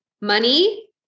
Money